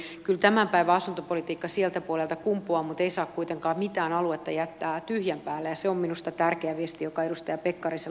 eli kyllä tämän päivän asuntopolitiikka sieltä puolelta kumpuaa mutta ei saa kuitenkaan mitään aluetta jättää tyhjän päälle ja se on minusta tärkeä viesti joka edustaja pekkarisella oli